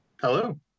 Hello